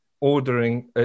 ordering